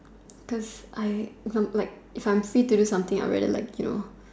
cause I if I'm like if I'm free to do something I would rather like you know